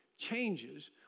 changes